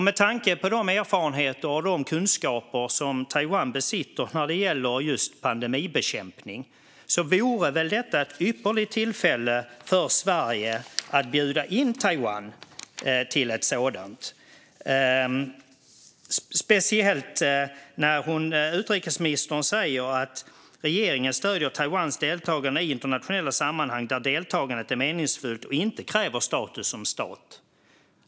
Med tanke på de erfarenheter och kunskaper som Taiwan besitter när det gäller pandemibekämpning vore väl detta ett ypperligt för Sverige att bjuda in Taiwan, speciellt när utrikesministern säger att regeringen stöder Taiwans deltagande i internationella sammanhang där deltagandet är meningsfullt och inte kräver status som stat.